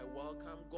welcome